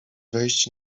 wejść